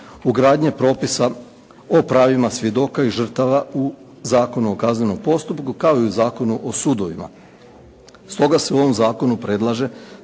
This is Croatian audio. ugradnje propisa o pravima svjedoka i žrtava u Zakon o kaznenom postupku kao i u Zakonu o sudovima. Stoga se u ovom zakonu predlaže